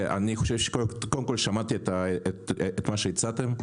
שמעתי את מה שהצעתם,